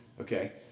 Okay